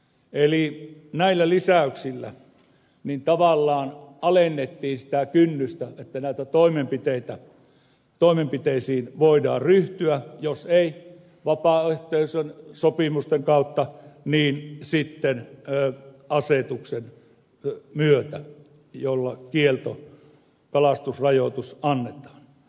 eli näillä lisäyksillä tavallaan alennettiin sitä kynnystä että näihin toimenpiteisiin voidaan ryhtyä jos ei vapaaehtoisten sopimusten kautta niin sitten asetuksen myötä jolla kielto kalastusrajoitus annetaan